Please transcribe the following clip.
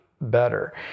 better